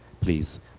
please